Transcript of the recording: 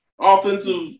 offensive